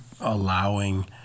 allowing